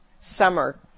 summer